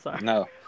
No